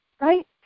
right